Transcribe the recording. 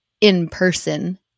in-person